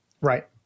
Right